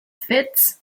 fits